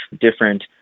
different